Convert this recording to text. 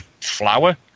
flower